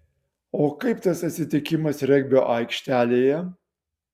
o kaip tas atsitikimas regbio aikštelėje